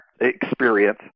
experience